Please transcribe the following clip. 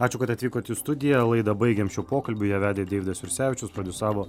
ačiū kad atvykot į studiją laidą baigėm šiuo pokalbiu ją vedė deividas jursevičius prodiusavo